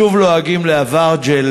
שוב לועגים לאברג'יל,